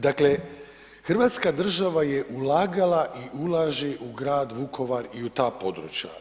Dakle, Hrvatska država je ulagala i ulaže u grad Vukovar i u ta područja.